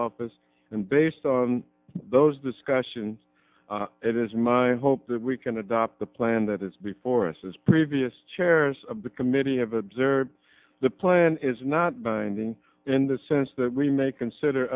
office and based on those discussions it is my hope that we can adopt the plan that is before us as previous chairs of the committee have observed the plan is not binding in the sense that we may consider